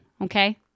okay